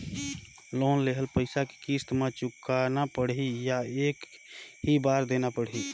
Loan लेहल पइसा के किस्त म चुकाना पढ़ही या एक ही बार देना पढ़ही?